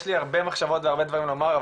יש לי הרבה מחשבות והרבה דברים לומר,